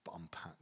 unpack